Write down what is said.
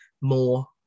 more